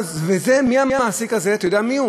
וזה, מי המעסיק הזה, אתה יודע מיהו?